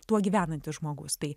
tuo gyvenantis žmogus tai